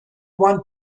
one